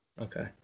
Okay